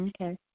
Okay